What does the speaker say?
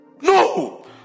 No